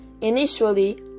Initially